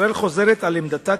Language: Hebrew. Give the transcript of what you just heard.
ישראל חוזרת על עמדתה,